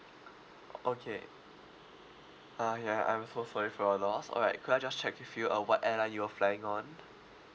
okay ah ya I'm so sorry for your loss alright could I just check with you uh what airline you were flying on